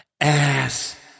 ass